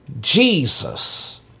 Jesus